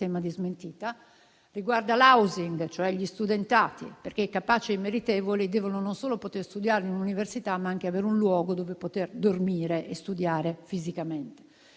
tema di smentita. Tutto ciò riguarda l'*housing*, cioè gli studentati, perché i capaci e i meritevoli devono non solo poter studiare in un'università, ma anche avere un luogo dove poter dormire e studiare fisicamente.